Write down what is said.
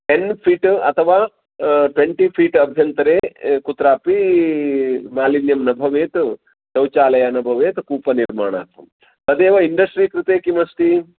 ten feet अथवा twenty feet अभ्यन्तरे कुत्रापि मालिन्यं न भवेत् शौचालयं न भवेत् कूपनिर्माणार्थं तदेव इन्डस्ट्रि कृते किमस्ति